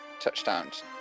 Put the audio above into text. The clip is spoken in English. touchdowns